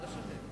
תודה רבה.